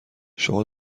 شما